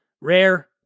Rare